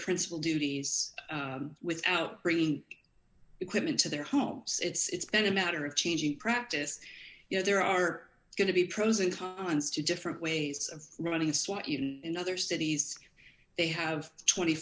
principle duties without bringing equipment to their homes it's been a matter of changing practice you know there are going to be pros and cons to different ways of running it's what you need in other cities they have twenty